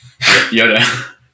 Yoda